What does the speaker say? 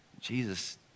Jesus